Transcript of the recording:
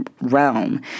realm